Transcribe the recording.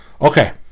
Okay